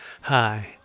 Hi